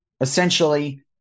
essentially